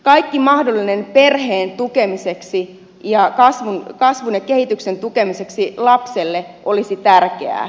kaikki mahdollinen perheen tukemiseksi ja kasvun ja kehityksen tukemiseksi lapselle olisi tärkeää